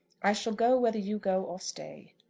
i shall go whether you go or stay.